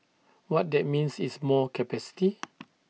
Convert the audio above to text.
what that means is more capacity